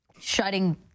shutting